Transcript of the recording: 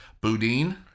Boudin